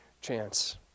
chance